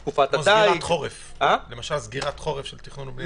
למשל, סגירת חורף של תכנון ובנייה.